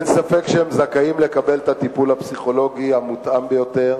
אין ספק שהם זכאים לקבל את הטיפול הפסיכולוגי המותאם ביותר